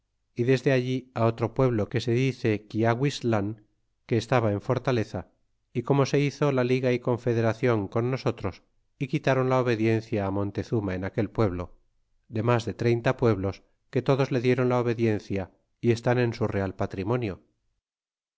y desde allí otro pueblo que se dice quiauistlan que estaba en fortaleza y como se hizo la liga y confederacion con nosotros y quitaron la obediencla montezuma en aquel pueblo demas de treinta pueblos que todos le dieron la obediencia y estan en su real patrimonio